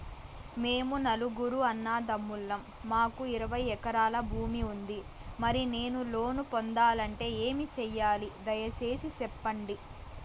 మేము నలుగురు అన్నదమ్ములం మాకు ఇరవై ఎకరాల భూమి ఉంది, మరి నేను లోను పొందాలంటే ఏమి సెయ్యాలి? దయసేసి సెప్పండి?